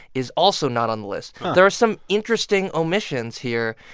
is also not on the list. there are some interesting omissions here.